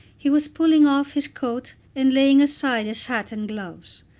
he was pulling off his coat and laying aside his hat and gloves.